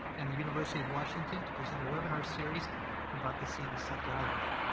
and the university of washington to present a webinar series about the cdc guideline.